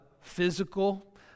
physical